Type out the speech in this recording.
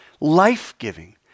life-giving